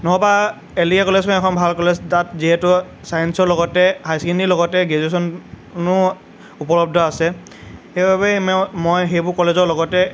নহ'বা এলটিকে কলেজখন এখন ভাল কলেজ তাত যিহেতু ছায়েঞ্চৰ লগতে হায়াৰ ছেকেণ্ডেৰীৰ লগতে গ্ৰেজুৱেশ্যনো উপলব্ধ আছে সেইবাবে মেই মই সেইবোৰ কলেজৰ লগতে